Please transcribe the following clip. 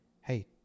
hey